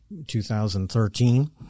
2013